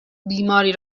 بیماری